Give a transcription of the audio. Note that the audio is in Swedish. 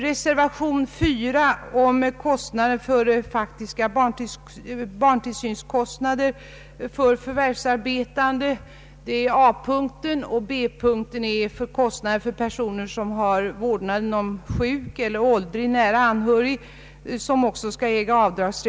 Reservation nr 4 om avdrag för faktiska barntillsynskostnader för förvärvsarbetande och avdrag för omkostnader vid vårdnaden av sjuk eller åldrig nära anhörig tar upp väsentliga frågor.